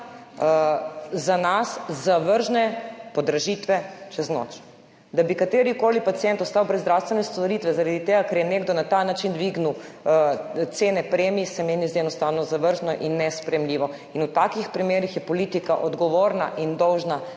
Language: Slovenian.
za nas zavržne podražitve čez noč. Da bi katerikoli pacient ostal brez zdravstvene storitve zaradi tega, ker je nekdo na ta način dvignil cene premij, se meni zdi enostavno zavržno in nesprejemljivo. V takih primerih je politika odgovorna in dolžna